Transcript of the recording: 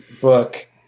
book